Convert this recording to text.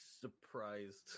surprised